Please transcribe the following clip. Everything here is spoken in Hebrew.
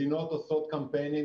מדינות עושות קמפיינים,